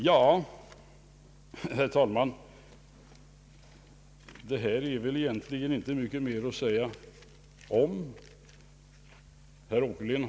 Ja, herr talman, det är väl egentligen inte mycket mer att säga om detta.